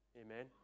Amen